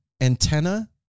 antenna